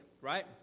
right